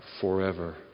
forever